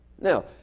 Now